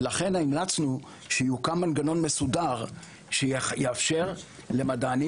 לכן המלצנו שיוקם מנגנון מסודר שיאפשר למדענים